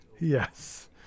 Yes